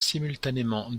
simultanément